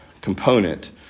component